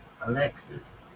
Alexis